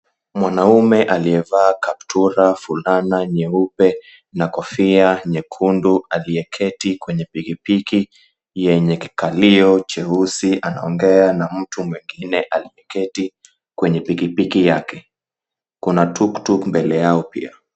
Mwanaume aliyevaa kaptura, fulana nyeupe na kofia nyekundu aliyeketi kwenye pikipiki yenye kikalio cheusi anaongea na mtu mwingine aliyeketi kwenye pikipiki yake, kuna tuktuk mbele yake pia.